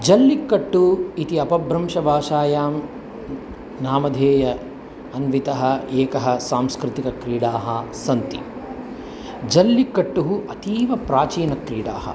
जल्लिकट्टु इति अपभ्रंशभाषायां नामधेयान्विता एका सांस्कृतिकक्रीडा अस्ति जल्लिकट्टुः अतीव प्राचीनक्रीडा